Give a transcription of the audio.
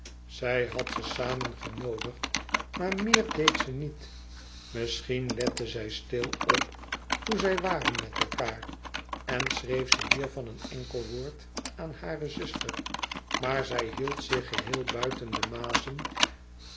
zij had ze samen genoodigd maar meer deed ze niet misschien lette zij stil op hoe zij waren met elkaâr en schreef ze hiervan een enkel woord aan hare zuster maar zij hield zich geheel buiten de mazen